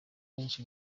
benshi